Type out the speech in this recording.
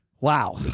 Wow